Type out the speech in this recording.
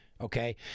okay